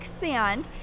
sand